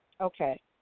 Okay